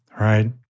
right